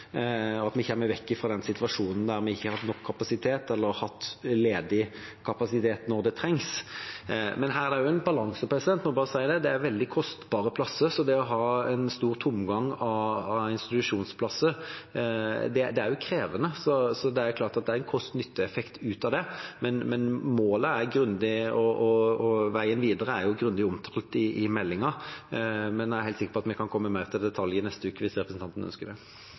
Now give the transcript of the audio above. og at vi kommer vekk fra den situasjonen der vi ikke har hatt nok kapasitet eller ledig kapasitet når det trengs. Her er det også en balanse, jeg må bare si det. Det er veldig kostbare plasser, så det å ha mange tomme institusjonsplasser er krevende. Det er klart at det er en kost–nytte-effekt av det. Målet og veien videre er grundig omtalt i meldinga, men jeg er helt sikker på at vi kan komme med mer detaljer i neste uke, hvis representanten ønsker det. Representanten ønsker gjerne det, for det er et veldig viktig vedtak Stortinget har gjort, som må følges nøye opp. Et siste spørsmål, for jeg beit meg veldig merke i det